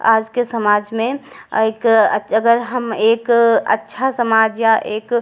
आज के समाज में एक अगर हम एक अच्छा समाज या एक